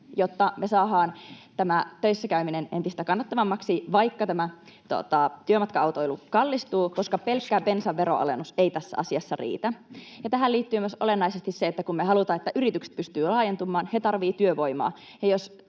jotta me saadaan tämä töissä käyminen entistä kannattavammaksi, vaikka tämä työmatka-autoilu kallistuu, koska pelkkä bensaveron alennus ei tässä asiassa riitä? Tähän liittyy myös olennaisesti se, että kun me haluamme, että yritykset pystyvät laajentumaan, he tarvitsevat työvoimaa,